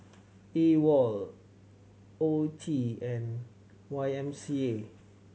AWOL O T and Y M C A